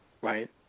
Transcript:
right